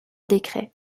décret